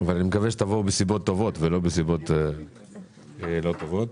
אבל אני מקווה שתבואו לפה בנסיבות טובות ולא בנסיבות לא טובות.